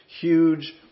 huge